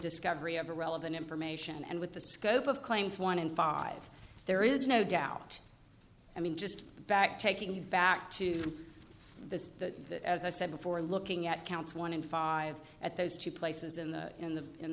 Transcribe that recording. discovery of the relevant information and with the scope of claims one in five there is no doubt i mean just back taking you back to the as i said before looking at counts one in five at those two places in the in the in